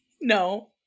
no